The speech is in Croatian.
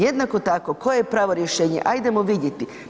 Jednako tako, koje je pravo rješenje, ajdemo vidjeti.